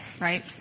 right